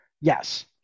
Yes